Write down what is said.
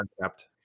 concept